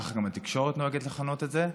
כך גם התקשורת נוהגת לכנות את זה,